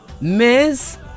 miss